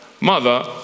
Mother